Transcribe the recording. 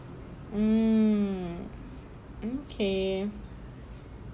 hmm okay